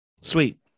sweet